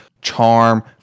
charm